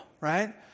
right